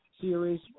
Series